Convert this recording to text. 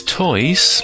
toys